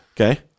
Okay